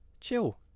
chill